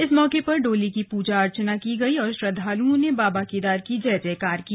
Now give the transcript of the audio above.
इस मौके पर डोली की पूजा अर्चना की गई और श्रद्वालुओं ने बाबा केदार की जय जयकार की